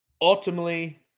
Ultimately